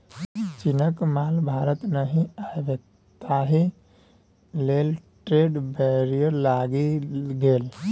चीनक माल भारत नहि आबय ताहि लेल ट्रेड बैरियर लागि गेल